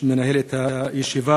שמנהל את הישיבה,